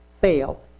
fail